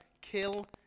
kill